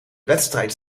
wedstrijd